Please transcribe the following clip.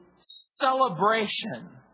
celebration